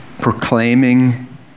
proclaiming